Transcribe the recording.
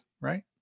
right